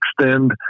extend